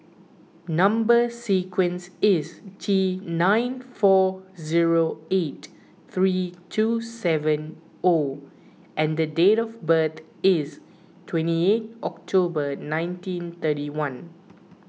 Number Sequence is T nine four zero eight three two seven O and date of birth is twenty eight October nineteen thirty one